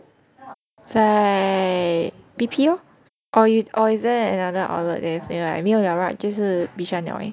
在 B_P lor or or is there another outlet there is there 没有了 right 就是 Bishan liao leh